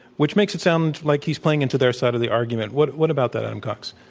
which makes it sound like he's playing into their side of the argument. what what about that, adam cox?